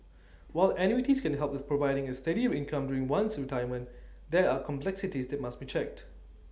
while annuities can help with providing A steady income during one's retirement there are complexities that must be checked